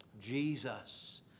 Jesus